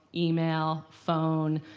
email, phone,